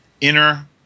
Inner